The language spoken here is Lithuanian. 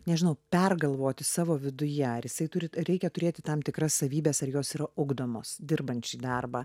nežinau pergalvoti savo viduje ar jisai turi reikia turėti tam tikras savybes ar jos yra ugdomos dirbant šį darbą